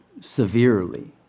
severely